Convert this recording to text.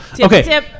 Okay